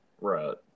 Right